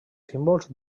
símbols